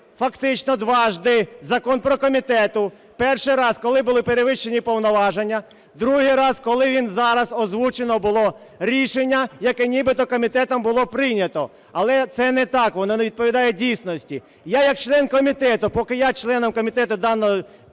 фактично дважды, Закон про комітети. Перший раз – коли були перевищені повноваження. Другий раз – коли він зараз… озвучено було рішення, яке нібито комітетом було прийнято, але це не так, воно не відповідає дійсності. Я як член комітету… Поки я членом комітету даного